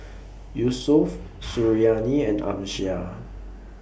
Yusuf Suriani and Amsyar